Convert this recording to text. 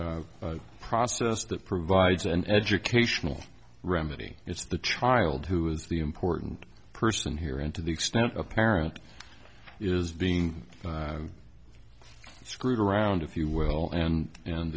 process that provides an educational remedy it's the child who is the important person here and to the extent of parent is being screwed around if you will and and